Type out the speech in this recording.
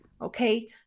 Okay